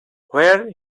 where